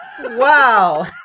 Wow